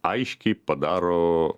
aiškiai padaro